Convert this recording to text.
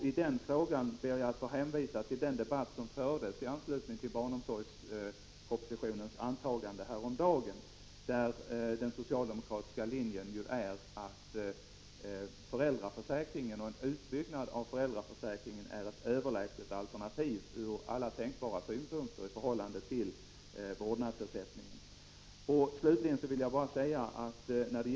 I den frågan ber jag att få hänvisa till den debatt som fördes i anslutning till barnomsorgspropositionens antagande häromdagen, där den socialdemokratiska linjen är att en utbyggnad av föräldraförsäkringen är ett i förhållande till vårdnadsersättningen från alla synpunkter överlägset alternativ.